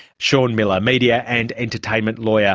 shaun miller, media and entertainment lawyer.